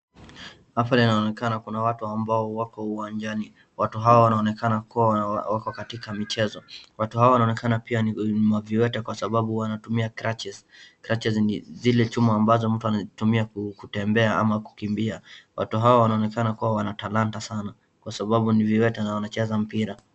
Hafla inaonekana kuna watu ambao wako uwanjani, watu hawa wanaonekana kuwa wako katika michezo. Watu hawa wanaonekana pia ni maviwete kwa sababu wanatumia crutches. Crutches ni zile chuma ambazo mtu anatumia kutembea ama kukimbia. Watu hawa wanaonekana kuwa wana talanta sana. Kwa sababu ni viwete na wanacheza mpira.